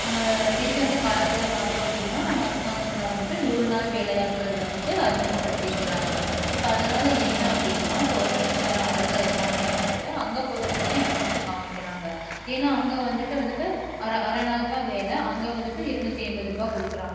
recent காலத்தில் பார்த்தோம் அப்படின்னா நம் அரசாங்கத்தில் வந்துட்டு நூறு நாள் வேலையாட்கள் வந்துட்டு அறிமுகப்படுத்தியிருக்கிறாங்க இப்போ அதனால் என்ன அப்படின்னா தோட்டத்துக்கு வர ஆட்கள் எல்லாமே வந்துட்டு அங்கே போகிறதுக்கு தான் இன்ட்ரெஸ்டு காமிக்கிறாங்க ஏன்னால் அங்கே வந்துட்டு வந்துட்டு அரை அரை நாள் தான் வேலை அங்கே வந்துட்டு இருநூத்தி ஐம்பது ரூபாய் கொடுக்குறாங்க